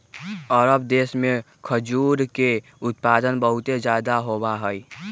अरब देश में खजूर के उत्पादन बहुत ज्यादा होबा हई